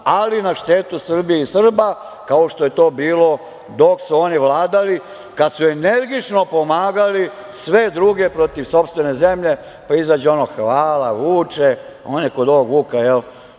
ali na štetu Srbije i Srba, kao što je to bilo dok su oni vladali, kad su energično pomagali sve druge protiv sopstvene zemlje, pa izađe ono - hvala Vuče, oni kod ovog Vuka što